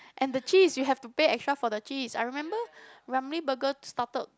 and the cheese you have to pay extra for the cheese I remember Ramly burger started